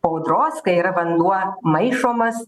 audros kai yra vanduo maišomas